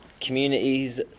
communities